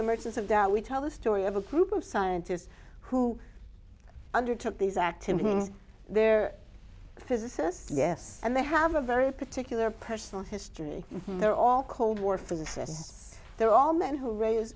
emerges of that we tell the story of a group of scientists who undertook these activities they're a physicist yes and they have a very particular personal history they're all cold war physicists they're all men who raised